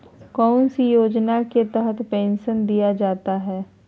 कौन सी योजना के तहत पेंसन दिया जाता है?